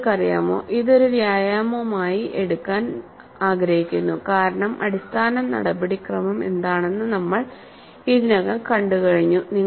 നിങ്ങൾക്കറിയാമോ നിങ്ങൾ ഇത് ഒരു വ്യായാമമായി എടുക്കാൻ ആഗ്രഹിക്കുന്നു കാരണം അടിസ്ഥാന നടപടിക്രമം എന്താണെന്ന് നമ്മൾ ഇതിനകം കണ്ടുകഴിഞ്ഞു